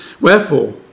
Wherefore